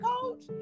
coach